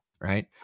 right